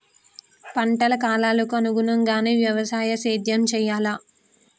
పంటల కాలాలకు అనుగుణంగానే వ్యవసాయ సేద్యం చెయ్యాలా?